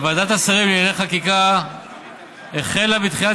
ועדת השרים לענייני חקיקה החלה בתחילת